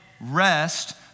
rest